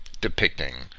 Depicting